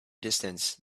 distance